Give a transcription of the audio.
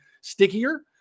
stickier